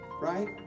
right